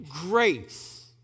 grace